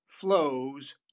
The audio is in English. flows